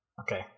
okay